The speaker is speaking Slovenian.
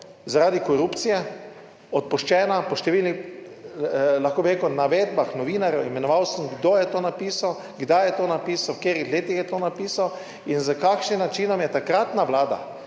zaradi korupcije, odpuščena po številnih, lahko bi rekel, navedbah novinarjev, imenoval sem kdo je to napisal, kdaj je to napisal, v katerih letih je to napisal in s kakšnim načinom je takratna vlada